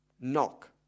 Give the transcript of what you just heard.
knock